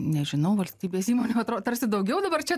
nežinau valstybės įmonių atrodo tarsi daugiau dabar čia